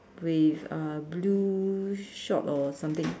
with uh blue short or something